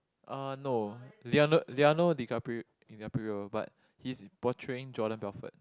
uh no Leonardo-DiCaprio but he's portraying Jordan-Belfort